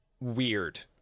weird